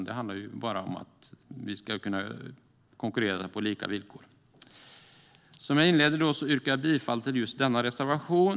Det handlar bara om att vi ska kunna konkurrera på lika villkor. Som jag inledde med yrkar jag alltså bifall till just denna reservation.